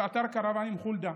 באתר הקרוונים בחולדה,